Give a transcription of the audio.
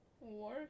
work